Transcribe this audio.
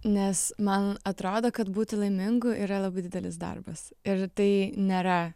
nes man atrodo kad būti laimingu yra labai didelis darbas ir tai nėra